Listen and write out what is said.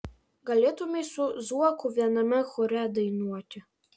galėtumei su zuoku viename chore dainuoti